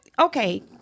okay